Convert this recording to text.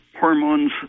hormones